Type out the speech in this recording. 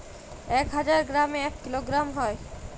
এক হাজার গ্রামে এক কিলোগ্রাম হয়